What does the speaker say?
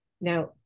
Now